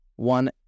one